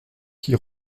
qui